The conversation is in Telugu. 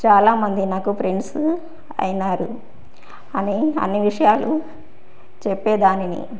చాలామంది నాకు ఫ్రెండ్స్ అయినారు అని అన్నీ విషయాలు చెప్పే దానిని